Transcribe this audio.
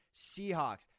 Seahawks